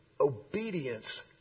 Obedience